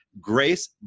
Grace